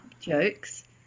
jokes